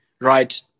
right